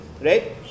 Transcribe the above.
right